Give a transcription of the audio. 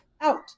Out